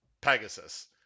Pegasus